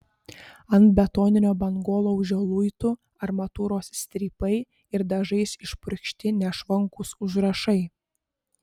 ant betoninio bangolaužio luitų armatūros strypai ir dažais išpurkšti nešvankūs užrašai